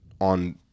on